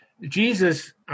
Jesus